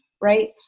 right